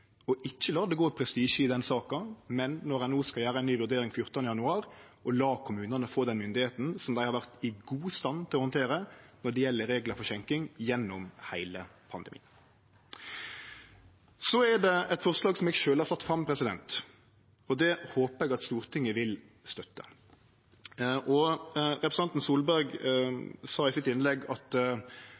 ikkje la det gå prestisje i saka, men når ein no skal gjere ei ny vurdering 14. januar, å la kommunane få den myndigheita som dei har vore i god stand til å handtere når det gjeld reglar for skjenking gjennom heile pandemien. Så er det eit forslag som eg sjølv har sett fram, og det håpar eg at Stortinget vil støtte. Representanten Solberg sa i innlegget sitt at mange av forslaga, og eg tolka det slik at